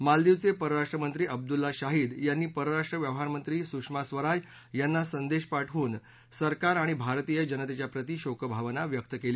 मालदीवचे परराष्ट्र मंत्री अब्दुला शाहीद यांनी परराष्ट्र व्यवहार मंत्री सुषमा स्वराज यांना संदेश पाठवून सरकार आणि भारतीय जनतेच्या प्रति शोकभावना व्यक्त केली